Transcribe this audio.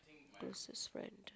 closest friend